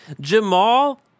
Jamal